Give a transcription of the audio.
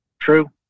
True